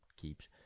keeps